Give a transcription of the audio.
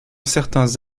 certains